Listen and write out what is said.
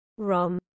Rom